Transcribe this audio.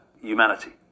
humanity